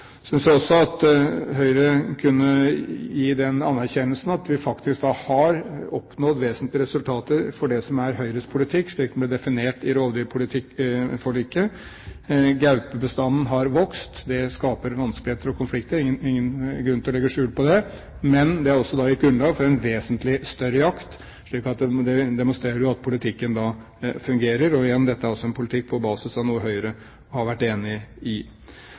faktisk har oppnådd vesentlige resultater for det som er Høyres politikk, slik den ble definert i rovdyrforliket. Gaupebestanden har vokst, og det skaper vanskeligheter og konflikter. Det er ingen grunn til å legge skjul på det, men det har gitt grunnlag for en vesentlig større jakt. Så dette demonstrerer jo at politikken fungerer. Og igjen: Dette er en politikk på basis av noe Høyre har vært enig i.